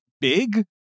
Big